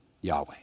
Yahweh